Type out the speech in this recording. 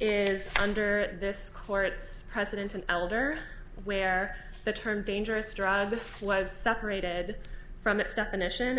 is under this court's precedent an elder where the term dangerous drug was separated from its definition